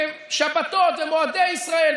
שבתות ומועדי ישראל,